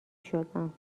شدم